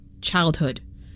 childhood